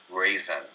reason